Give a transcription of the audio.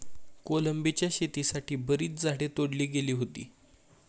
कोलंबीच्या शेतीसाठी बरीच झाडे तोडली गेली होती